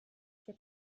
der